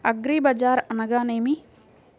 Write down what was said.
అగ్రిబజార్ అనగా నేమి?